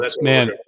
man